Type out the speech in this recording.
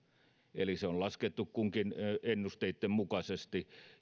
eli ne on laskettu kunkin ennusteitten mukaisesti